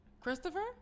Christopher